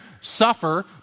suffer